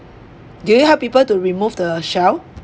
do you have people to remove the shell